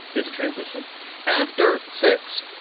here's a transition after six